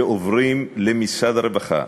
שעוברים למשרד הרווחה.